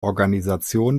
organisation